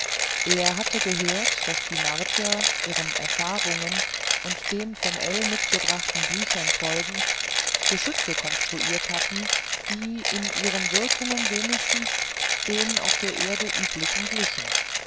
er hatte gehört daß die martier ihren erfahrungen und den von ell mitgebrachten büchern folgend geschütze konstruiert hatten die in ihren wirkungen wenigstens den auf der erde üblichen glichen